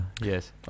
yes